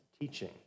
teaching